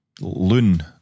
loon